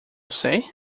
sei